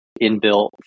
inbuilt